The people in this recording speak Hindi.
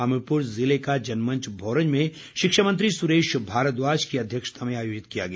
हमीरपुर जिले का जनमंच भोरंज में शिक्षा मंत्री सुरेश भारद्वाज की अध्यक्षता में आयोजित किया गया